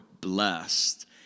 blessed